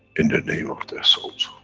in the name of their souls,